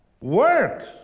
works